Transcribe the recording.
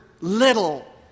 little